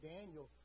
Daniel